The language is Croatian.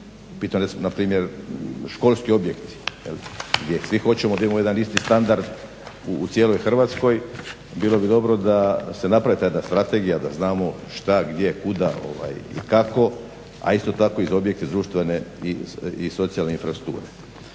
pitanju npr. školski objekti gdje svi hoćemo, gdje imamo jedan isti standard u cijeloj Hrvatskoj. Bilo bi dobro da se napravi ta jedna strategija da znamo što, gdje, kuda i kako, a isto tako i za objekte društvene i socijalne infrastrukture.